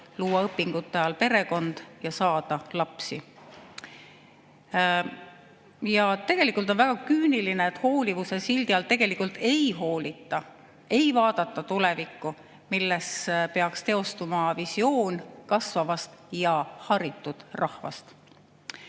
luua õpingute ajal perekond ja saada lapsi. On väga küüniline, et hoolivuse sildi all tegelikult ei hoolita, ei vaadata tulevikku, milles peaks teostuma visioon kasvavast ja haritud rahvast.